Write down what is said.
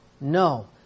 No